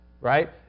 right